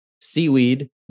seaweed